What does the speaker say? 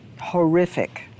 horrific